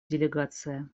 делегация